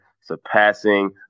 surpassing